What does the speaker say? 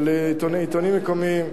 של עיתונים מקומיים.